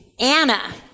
Anna